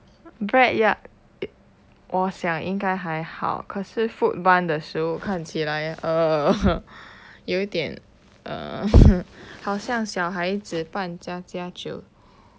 bread yard 我想应该还好可是 food barn 的食物看起来 err 有点 err 好像小孩子扮家家酒